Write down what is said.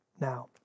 now